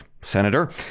Senator